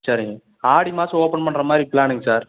சரிங்க ஆடி மாசம் ஓபன் பண்ணுறமாரி ப்லானிங்க சார்